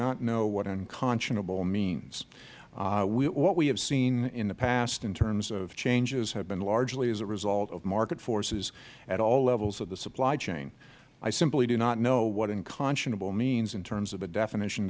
not know what unconscionable means what we have seen in the past in terms of changes have been largely as a result of market forces at all levels of the supply chain i simply do not know what unconscionable means in terms of a definition